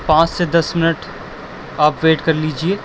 پانچ سے دس منٹ آپ ویٹ کر لیجیے